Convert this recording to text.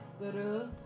guru